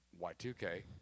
Y2K